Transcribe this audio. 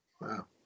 Wow